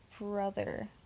brother